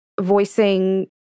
voicing